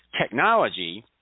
technology